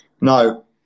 No